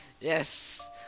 Yes